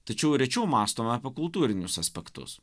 tačiau rečiau mąstoma apie kultūrinius aspektus